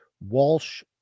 Walsh